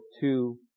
two